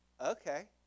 okay